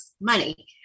money